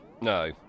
No